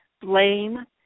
blame